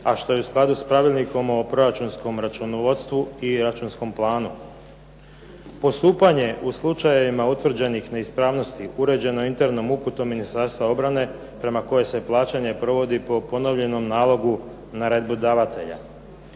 a što je u skladu s Pravilnikom o proračunskom računovodstvu i računskom planu. Postupanje u slučajevima utvrđenih neispravnosti, uređeno je internom uputom Ministarstva obrane prema kojoj se plaćanje provodi po ponovljenom nalogu naredbodavatelja.